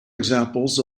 examples